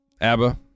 ABBA